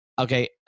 Okay